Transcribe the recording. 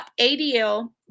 ADL